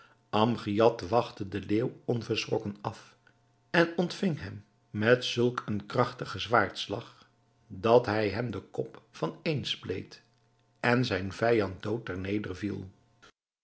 amgiad wachtte den leeuw onverschrokken af en ontving hem met zulk een krachtigen zwaardslag dat hij hem den kop vaneen spleet en zijn vijand dood